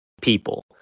people